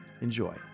enjoy